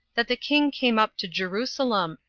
that the king came up to jerusalem,